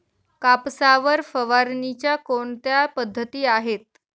कापसावर फवारणीच्या कोणत्या पद्धती आहेत?